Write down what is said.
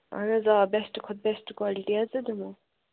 اَہَن حظ آ بیٚسٹہٕ کھۄتہٕ بیٚسٹ کالٹی حظ ژےٚ دِمو